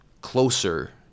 closer